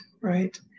right